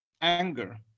anger